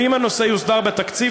ואם הנושא יוסדר בתקציב,